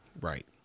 Right